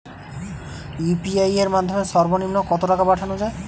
UPI এর মাধ্যমে সর্ব নিম্ন কত টাকা পাঠানো য়ায়?